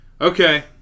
Okay